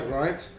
right